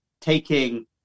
taking